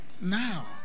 now